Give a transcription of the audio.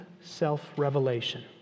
self-revelation